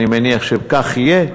אני מניח שכך יהיה.